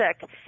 sick